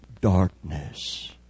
darkness